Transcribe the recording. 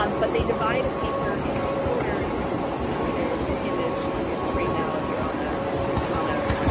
um but they divided a paper into quarters um there is an image on your screen now, if you're on a on a